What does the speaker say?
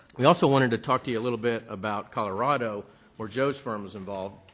we also wanted to talk to you a little bit about colorado where joe's firm is involved.